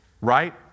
right